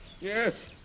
Yes